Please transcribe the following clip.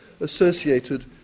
associated